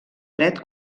dret